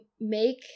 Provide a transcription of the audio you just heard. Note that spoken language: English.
make